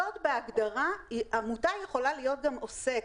בהגדרה, עמותה יכולה להיות גם עוסק.